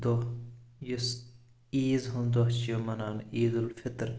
دۄہ یُس عیٖز ہُنٛد دۄہ چھُ یِوان مناونہٕ عیدالفطر